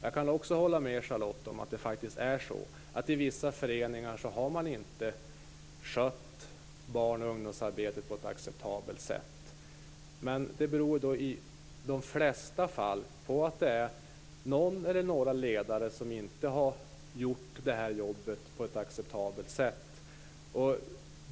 Jag kan hålla med Charlotta Bjälkebring att man i vissa föreningar inte har skött barn och ungdomsarbetet på ett acceptabelt sätt. Men det beror i de flesta fall på att någon eller några ledare inte har gjort jobbet på ett acceptabelt sätt.